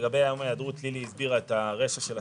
לגבי יום היעדרות, לילי הסבירה את הרישה של הסעיף.